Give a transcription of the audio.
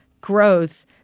growth